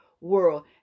world